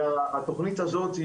והתכנית הזאת,